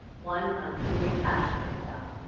one i'm truly passionate about.